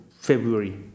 february